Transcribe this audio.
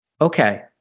Okay